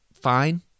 fine